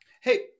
Hey